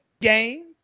game